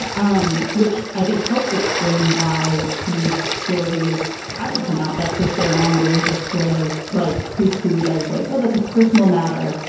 ah um which i think helps explain why these stories haven't come out that for so long they were just sort of like pooh poohed as like oh that's a personal matter.